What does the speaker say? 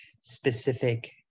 specific